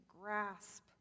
grasp